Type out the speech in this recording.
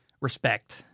respect